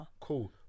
cool